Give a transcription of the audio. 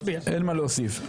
אין מה להוסיף.